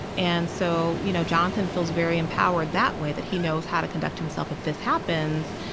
and so you know jonathan feels very empowered that way that he knows how to conduct himself if this happens,